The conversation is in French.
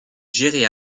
géré